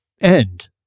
end